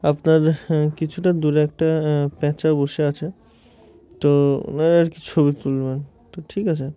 আপনার কিছুটা দূরে একটা প্যাঁচা বসে আছে তো ওনার আর কি ছবি তুলবেন তো ঠিক আছে